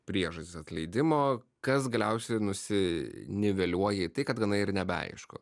priežastis atleidimo kas galiausiai nusiniveliuoja į tai kad gana ir nebeaišku